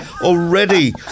already